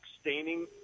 staining